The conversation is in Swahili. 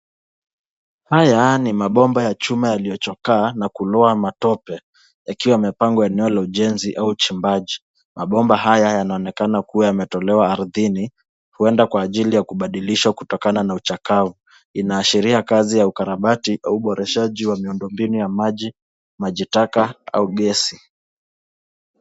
Haya ni mabomba ya chuma yaliyochokaa na kulowa matope yakiwa yamepangwa eneo la ujenzi au uchimbaji. Mabomba haya yanaonekana kuwa yametolewa ardhini huenda kwa ajili ya kubadilishwa kutokana na uchakavu. Inaashiria kazi ya ukarabati au uboreshaji wa miundo mbinu ya maji, maji taka au gesi.